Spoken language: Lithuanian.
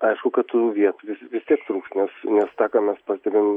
aišku kad tų vietų vi vis tiek trūks nes nes tą ką mes pastebim